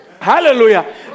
Hallelujah